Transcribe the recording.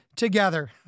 Together